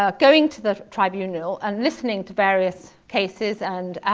um going to the tribunal and listening to various cases and